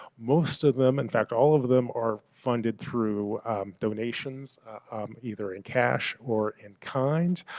most of them in fact all of them are funded through donations either in cash or in kind.